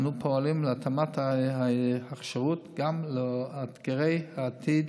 אנו פועלים להתאמת ההכשרות גם לאתגרי העתיד